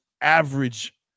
average